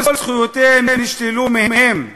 כל זכויותיהם נשללו מהם,